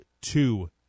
two